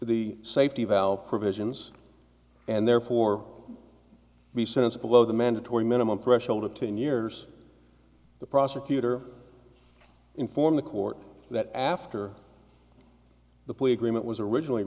the safety valve provisions and therefore be sensible of the mandatory minimum threshold of ten years the prosecutor inform the court that after the plea agreement was originally